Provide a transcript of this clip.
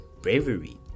Bravery